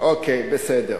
אני, אוקיי, בסדר.